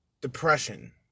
Depression